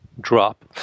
drop